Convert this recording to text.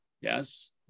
yes